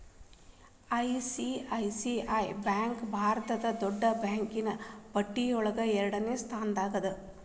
ICICI bank ಭಾರತದ್ ದೊಡ್ಡ್ ಬ್ಯಾಂಕಿನ್ನ್ ಪಟ್ಟಿಯೊಳಗ ಎರಡ್ನೆ ಸ್ಥಾನ್ದಾಗದ